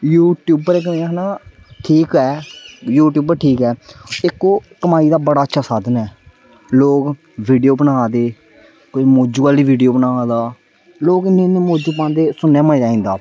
YouTuber में आक्खना ठीक ऐ यूट्यूबर ठीक ऐ इक्क ओह् कमाई दा बड़ा अच्छा साधन ऐ लोग वीडियो बना दे कोई मौजू आह्ली वीडियो बना दा लोग इन्ने इन्ने मौजू पांदे सगुआं मज़ा आंदा